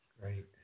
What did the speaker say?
great